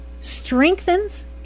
strengthens